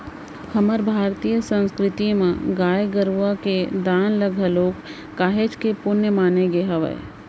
हमर भारतीय संस्कृति म गाय गरुवा के दान ल घलोक काहेच के पुन्य माने गे हावय